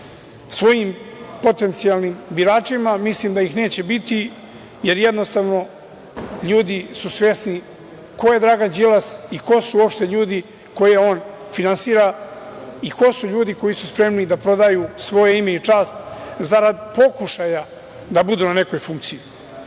svojim potencijalnim biračima, mislim da ih neće biti, jer jednostavno ljudi su svesni ko je Dragan Đilas i ko su uopšte ljudi koje on finansira i ko su ljudi koji su spremni da prodaju svoje ime i čast zarad pokušaja da budu na nekoj funkciji. Imamo